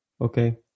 Okay